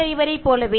truck டிரைவரை போலவே